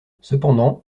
cependant